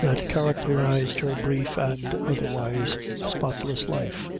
that characterized her brief and otherwise spotless life.